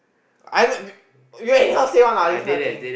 I know you you anyhow say one lah this kind of thing